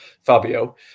Fabio